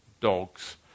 dogs